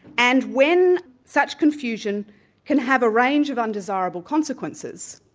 and when such confusion can have a range of undesirable consequences,